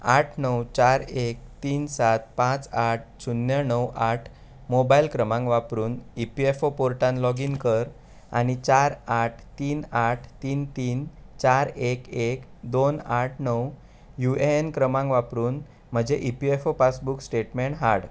आठ णव चार एक तीन सात पांच आठ शुन्य णव आठ मोबायल क्रमांक वापरून ई पी एफ ओ पोर्टात लॉगीन कर आनी चार आठ तीन आठ तीन तीन चार एक एक दोन आठ णव यु ए एन क्रमांक वापरून म्हजें ई पी एफ ओ पासबुक स्टेटमेंट हाड